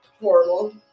Horrible